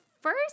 first